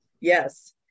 Yes